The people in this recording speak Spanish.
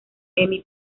emmy